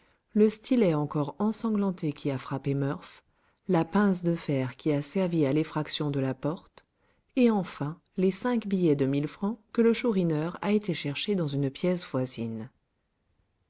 le stylet encore ensanglanté qui a frappé murph la pince de fer qui a servi à l'effraction de la porte et enfin les cinq billets de mille francs que le chourineur a été chercher dans une pièce voisine